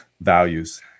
values